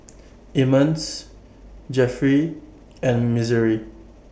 Emmons Geoffrey and Missouri